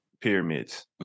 Pyramids